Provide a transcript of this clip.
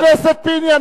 חבר הכנסת פיניאן,